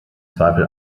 zweifel